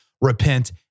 repent